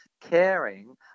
caring